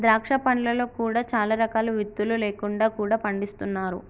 ద్రాక్ష పండ్లలో కూడా చాలా రకాలు విత్తులు లేకుండా కూడా పండిస్తున్నారు